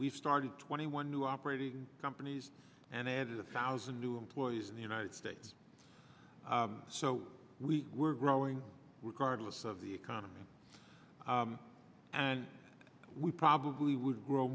we've started twenty one new operating companies and added a thousand new employees in the united states so we were growing we're cardless of the economy and we probably would grow